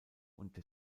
und